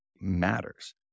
matters